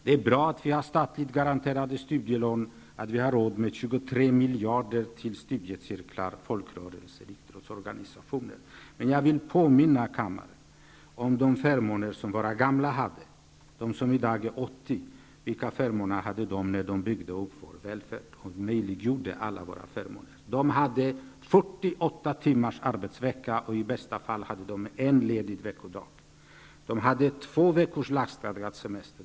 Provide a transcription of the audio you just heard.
Det är bra att vi har statligt garanterade studielån och att vi har råd med 23 miljarder till studiecirklar, folkrörelser och idrottsorganisationer. Men jag vill påminna kammaren om de förmåner som våra gamla hade. De som i dag är 80 år, vilka förmåner hade de när de byggde upp vår välfärd och möjliggjorde alla våra förmåner? De hade 48 timmars arbetsvecka. I bästa fall hade de en ledig veckodag. De hade två veckors lagstadgad semester.